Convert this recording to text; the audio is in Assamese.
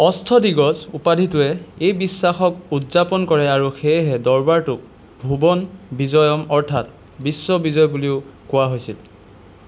অষ্টদিগজ উপাধিটোৱে এই বিশ্বাসক উদযাপন কৰে আৰু সেয়েহে দৰবাৰটোক ভুৱন বিজয়ম অৰ্থাৎ বিশ্ব বিজয় বুলিও কোৱা হৈছিল